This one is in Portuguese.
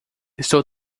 estou